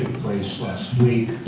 place last week